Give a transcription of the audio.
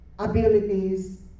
abilities